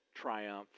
triumph